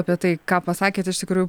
apie tai ką pasakėt iš tikrųjų